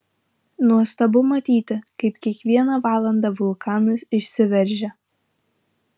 nuostabu matyti kaip kiekvieną valandą vulkanas išsiveržia